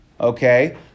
okay